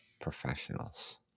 professionals